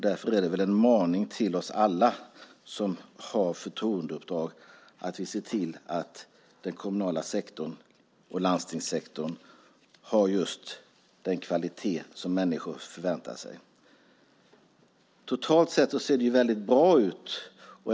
Därför är det en maning till oss alla som har förtroendeuppdrag att vi ser till att den kommunala sektorn och landstingssektorn har den kvalitet som människor förväntar sig. Totalt sett ser det bra ut.